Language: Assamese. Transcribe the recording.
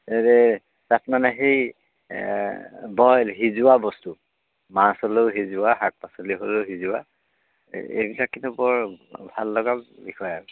হেৰি তাত মানে সেই বইল সিজোৱা বস্তু মাছ হ'লেও সিজোৱা শাক পাচলি হ'লেও সিজোৱা এই এইবিলাক কিন্তু বৰ ভাল লগা বিষয় আৰু